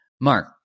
Mark